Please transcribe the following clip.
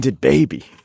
baby